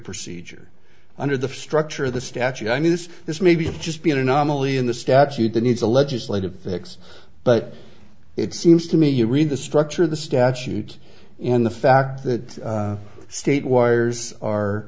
procedure under the structure of the statute i mean this this may be just be an anomaly in the statute that needs a legislative fix but it seems to me you read the structure of the statute and the fact that state wires are